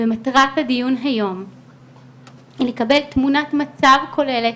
ומטרת הדיון היום היא לקבל תמונת מצב כוללת,